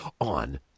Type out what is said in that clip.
on